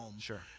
Sure